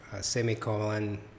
semicolon